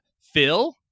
phil